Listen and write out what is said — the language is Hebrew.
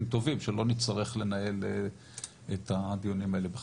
טובים שלא נצטרך לנהל את הדיונים האלה בחקיקה.